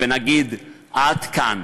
ונגיד: עד כאן,